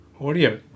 audio